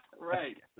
Right